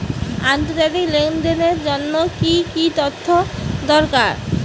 আন্তর্জাতিক লেনদেনের জন্য কি কি তথ্য দরকার?